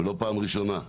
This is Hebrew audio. ולא פעם ראשונה.